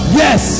yes